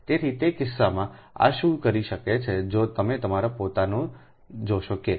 તેથી તે કિસ્સામાં એક શું કરી શકે છે જો તમે તમારા પોતાના જોશો કે